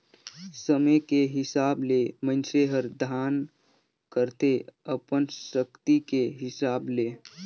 समे के हिसाब ले मइनसे हर दान करथे अपन सक्ति के हिसाब ले